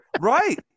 Right